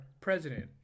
president